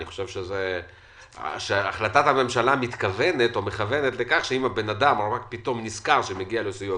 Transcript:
אני חושב שהחלטת הממשלה מכוונת לכך שאם הבן אדם נזכר שמגיע לו סיוע,